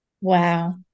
Wow